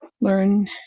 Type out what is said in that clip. learn